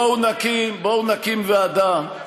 בואו נקים ועדה,